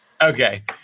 Okay